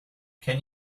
can